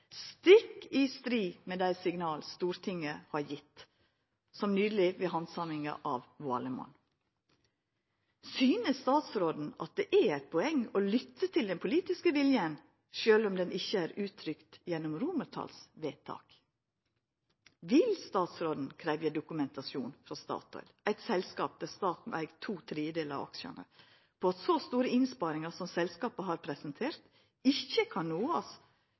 stikk i strid med dei signala Stortinget har gjeve, som nyleg, ved handsaminga av Valemon. Synest statsråden at det er eit poeng å lytta til den politiske viljen, sjølv om han ikkje er uttrykt gjennom romartalsvedtak? Vil statsråden krevja dokumentasjon frå Statoil – eit selskap der staten eig to tredelar av aksjane – på at så store innsparingar som selskapet har presentert, ikkje kan